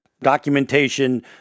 documentation